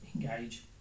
engage